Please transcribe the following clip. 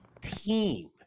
team